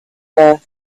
earth